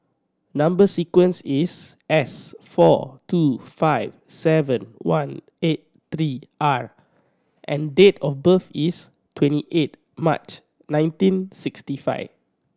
number sequence is S four two five seven one eight three R and date of birth is twenty eighth March nineteen sixty five